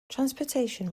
transportation